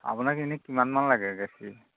আপোনাক এনে কিমান মান লাগে গাখীৰ